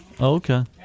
Okay